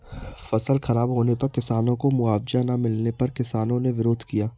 फसल खराब होने पर किसानों को मुआवजा ना मिलने पर किसानों ने विरोध किया